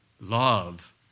Love